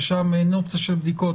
ושם אין אופציה של בדיקות.